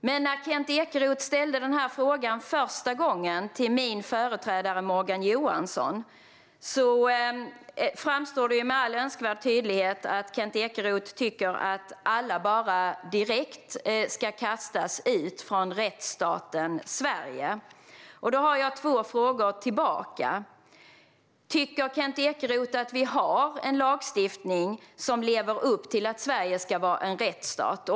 Men första gången Kent Ekeroth ställde den här frågan till min företrädare Morgan Johansson framstod det med all önskvärd tydlighet att Kent Ekeroth tycker att alla direkt bara ska kastas ut från rättsstaten Sverige. Därför har jag två frågor tillbaka. Tycker Kent Ekeroth att vi har en lagstiftning som lever upp till att Sverige ska vara en rättsstat?